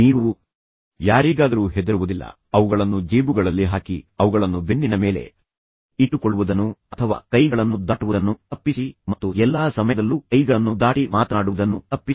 ನೀವು ಯಾರಿಗಾದರೂ ಹೆದರುವುದಿಲ್ಲ ಅವುಗಳನ್ನು ಜೇಬುಗಳಲ್ಲಿ ಹಾಕಿ ಅವುಗಳನ್ನು ಬೆನ್ನಿನ ಮೇಲೆ ಇಟ್ಟುಕೊಳ್ಳುವುದನ್ನು ಅಥವಾ ಕೈಗಳನ್ನು ದಾಟುವುದನ್ನು ತಪ್ಪಿಸಿ ಮತ್ತು ಎಲ್ಲಾ ಸಮಯದಲ್ಲೂ ಕೈಗಳನ್ನು ದಾಟಿ ಮಾತನಾಡುವುದನ್ನು ತಪ್ಪಿಸಿ